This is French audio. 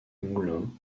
moulins